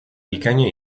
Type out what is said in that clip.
bikaina